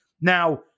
Now